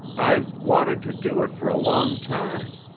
i've wanted to do it for a long time.